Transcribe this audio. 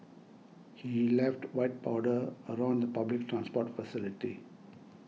he left white powder around the public transport facility